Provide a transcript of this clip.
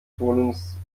todes